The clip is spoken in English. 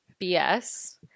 BS